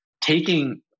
taking